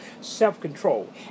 self-control